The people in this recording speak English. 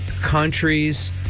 countries